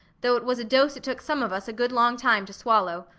though it was a dose it took some of us a good long time to swallow.